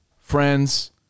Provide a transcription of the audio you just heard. Friends